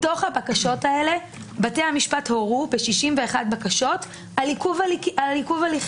מתוך הבקשות האלה בתי המשפט הורו ב-61 בקשות על עיכוב הליכים.